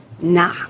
Nah